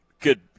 good